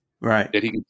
Right